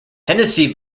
hennessy